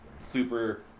Super